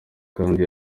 kandi